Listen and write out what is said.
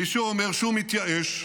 מי שאומר שהוא מתייאש,